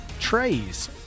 Trays